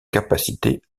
capacités